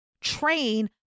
train